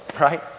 right